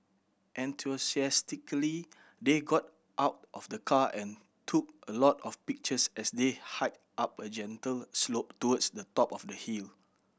enthusiastically they got out of the car and took a lot of pictures as they hiked up a gentle slope towards the top of the hill